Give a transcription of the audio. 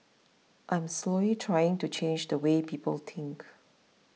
I'm slowly trying to change the way people think